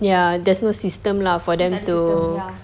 ya there's no system lah for them to